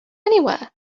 anywhere